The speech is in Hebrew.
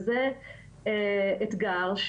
וזה אתגר,